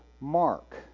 Mark